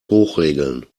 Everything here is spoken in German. hochregeln